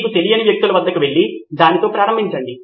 మీకు తెలియని వ్యక్తుల వద్దకు వెళ్లి దానితో ప్రారంభించండి